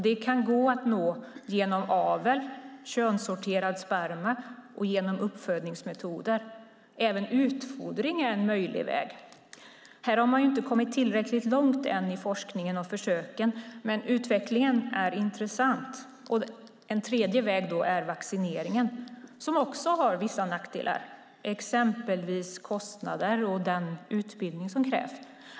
Det kan gå att nå genom avel, könssorterad sperma och uppfödningsmetoder. Även utfodring är en möjlig väg. Här har man inte kommit tillräckligt långt än i forskningen och försöken, men utvecklingen är intressant. En tredje väg är vaccineringen, som också har vissa nackdelar, exempelvis kostnader och den utbildning som krävs.